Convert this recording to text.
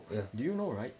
ya